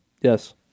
Yes